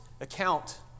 account